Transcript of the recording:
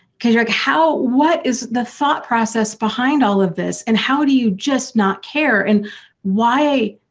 because you're like how. what is the thought process behind all of this and how do you just not care and why,